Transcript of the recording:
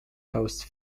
coast